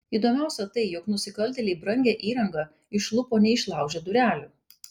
įdomiausia tai jog nusikaltėliai brangią įrangą išlupo neišlaužę durelių